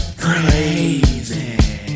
crazy